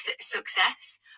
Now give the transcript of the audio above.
success